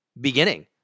beginning